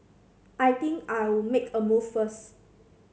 I think I'll make a move first